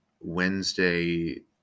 Wednesday